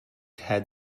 had